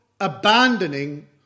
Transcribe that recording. abandoning